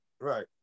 Right